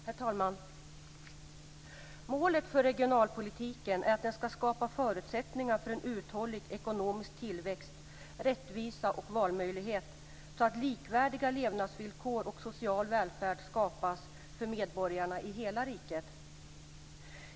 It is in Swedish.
Herr talman! Målet för regionalpolitiken är att den skall skapa förutsättningar för en uthållig ekonomisk tillväxt, rättvisa och valmöjligheter, så att likvärdiga levnadsvillkor och social välfärd skapas för medborgarna i hela riket.